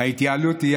ההתייעלות תהיה,